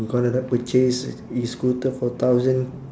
got to like purchase e-scooter for thousand